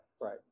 right